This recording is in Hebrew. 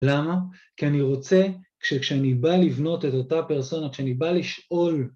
למה? כי אני רוצה, כשאני בא לבנות את אותה פרסונה, כשאני בא לשאול